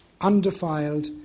undefiled